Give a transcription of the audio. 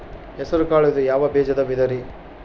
ಹೆಸರುಕಾಳು ಇದು ಯಾವ ಬೇಜದ ವಿಧರಿ?